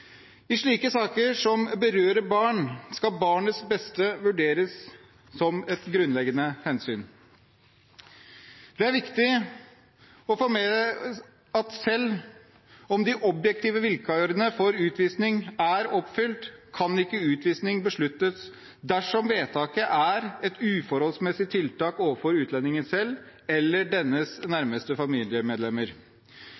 I slike saker som berører barn, skal barnets beste vurderes som et grunnleggende hensyn. Det er viktig å få med at selv om de objektive vilkårene for utvisning er oppfylt, kan ikke utvisning besluttes dersom vedtaket er et uforholdsmessig tiltak overfor utlendingen selv eller dennes